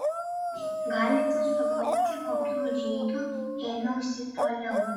galite suvokti kokių žygių ėmiausi toliau